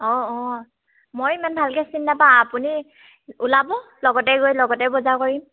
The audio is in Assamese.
অঁ অঁ মই ইমান ভালকৈ চিনি নাপাও আপুনি ওলাব লগতে গৈ লগতে বজাৰ কৰিম